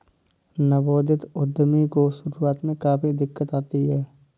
नवोदित उद्यमी को शुरुआत में काफी दिक्कत आती है